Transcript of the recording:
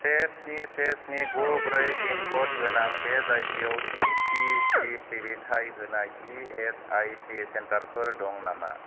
से स्नि से स्नि गु ब्रै पिनक'ड गोनां बे जायगायाव इसिजि सिबिथाय होनाय इ एस आइ सि सेन्टारफोर दं नामा